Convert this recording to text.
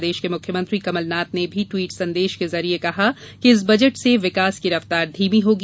प्रदेश के मुख्यमंत्री कमलनाथ ने भी टविट संदेश के जरिए कहा कि इस बजट से विकास की रफ़तार धीमी होगी